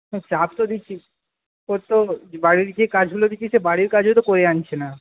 হ্যাঁ চাপ তো দিচ্ছি ও তো বাড়ির যে কাজগুলো দিচ্ছি সেই বাড়ির কাজও তো করে আনছে না